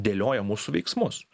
dėlioja mūsų veiksmus